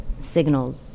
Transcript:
signals